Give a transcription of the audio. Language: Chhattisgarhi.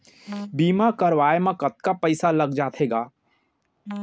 बीमा करवाए म कतका पइसा लग जाथे गा?